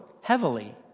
heavily